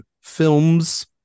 films